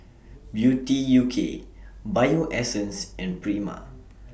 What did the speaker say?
Beauty U K Bio Essence and Prima